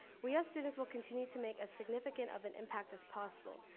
we as students will continue to make a significant of an impact as possible,